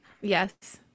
yes